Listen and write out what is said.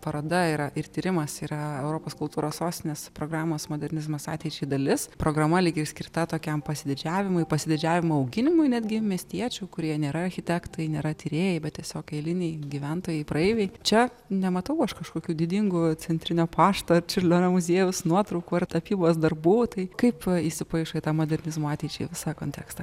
paroda yra ir tyrimas yra europos kultūros sostinės programos modernizmas ateičiai dalis programa lyg ir skirta tokiam pasididžiavimui pasididžiavimo auginimui netgi miestiečių kurie nėra architektai nėra tyrėjai bet tiesiog eiliniai gyventojai praeiviai čia nematau aš kažkokių didingų centrinio pašto ar čiurlionio muziejaus nuotraukų ar tapybos darbų tai kaip įsipaišo į tą modernizmo ateičiai visą kontekstą